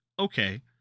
Okay